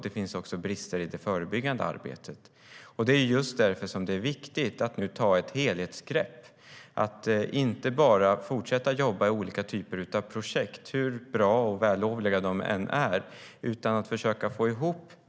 Det finns också brister i det förebyggande arbetet. Just därför är det nu viktigt att ta ett helhetsgrepp, inte bara fortsätta jobba i olika typer av projekt - hur bra och vällovliga de än är.